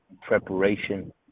preparation